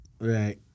Right